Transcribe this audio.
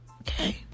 Okay